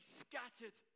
scattered